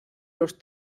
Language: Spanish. los